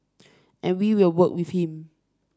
and we will work with him